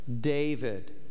David